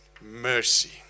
mercy